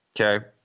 okay